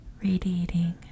radiating